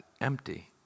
empty